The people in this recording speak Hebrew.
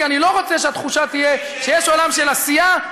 כי אני לא רוצה שהתחושה תהיה שיש עולם של עשייה,